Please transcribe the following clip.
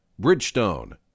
Bridgestone